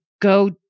go